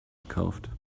gekauft